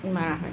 মাৰা হয়